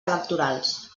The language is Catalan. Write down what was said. electorals